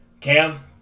Cam